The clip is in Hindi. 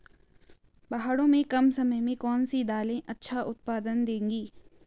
पहाड़ों में कम समय में कौन सी दालें अच्छा उत्पादन देंगी?